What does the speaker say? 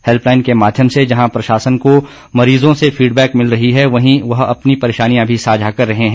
helpline के माध्यम से जहां प्रशासन को मरीजों से फीडबैक मिल रही है वहीं वह अपनी परेशानियां भी साझा कर रहे हैं